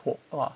我 !wah!